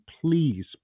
please